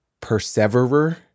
perseverer